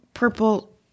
purple